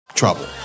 trouble